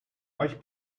euch